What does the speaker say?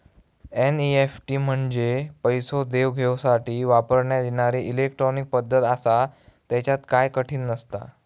NEFT म्हंजे पैसो देवघेवसाठी वापरण्यात येणारी इलेट्रॉनिक पद्धत आसा, त्येच्यात काय कठीण नसता